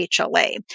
HLA